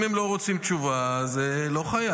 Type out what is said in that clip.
אם הם לא רוצים תשובה, אז לא חייבים.